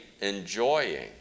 enjoying